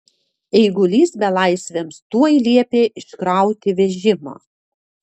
eigulys belaisviams tuoj liepė iškrauti vežimą